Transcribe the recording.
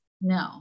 No